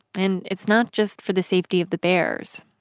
and it's not just for the safety of the bears.